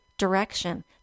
direction